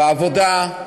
בעבודה,